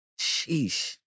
Sheesh